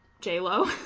J-Lo